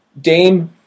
Dame